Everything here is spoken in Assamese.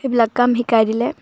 সেইবিলাক কাম শিকাই দিলে